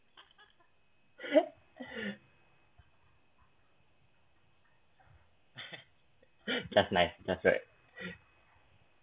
just nice just like